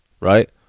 Right